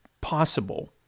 possible